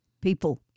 People